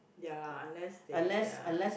ya lah unless they ya